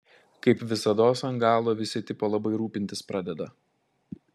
kaip visados ant galo visi tipo labai rūpintis pradeda